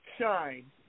shine